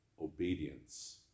obedience